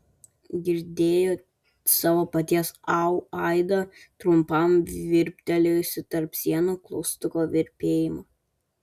girdėjo savo paties au aidą trumpam virptelėjusį tarp sienų klaustuko virpėjimą